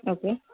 okay